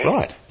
Right